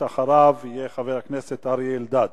אחריו יהיה חבר הכנסת אריה אלדד.